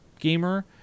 gamer